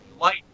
light